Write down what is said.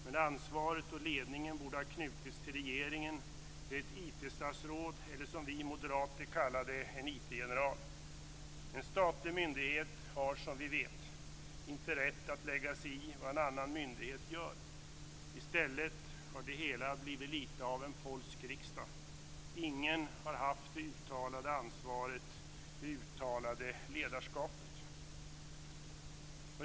Men ansvaret och ledningen borde ha knutits till regeringen och ett IT-statsråd eller, som vi moderater kallar det, en IT En statlig myndighet har, som vi vet, inte rätt att lägga sig i vad en annan myndighet gör. I stället har det hela blivit lite av en polsk riksdag - ingen har haft det uttalade ansvaret och det uttalade ledarskapet.